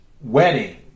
Wedding